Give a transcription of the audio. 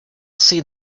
see